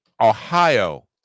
ohio